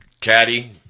Caddy